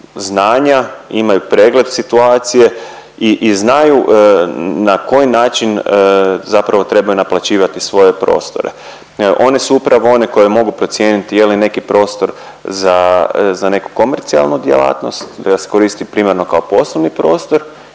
imaju znanja, imaju pregled situacije i znaju na koji način zapravo trebaju naplaćivati svoje prostore, evo. One su upravo one koje mogu procijeniti je li neki prostor za, za neku komercijalnu djelatnost, te da se koristi primarno kao poslovni prostor